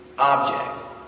Object